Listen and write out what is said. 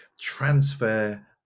transfer